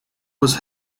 was